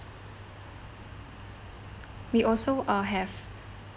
we also uh have